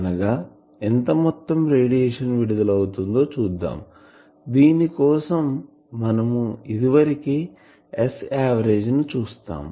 అనగా ఎంత మొత్తం లో రేడియేషన్ విడుదల అవుతుందో చూద్దాం దీని కోసం మనము ఇదివరకే S ఆవరేజ్ ని చూసాం